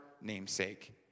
namesake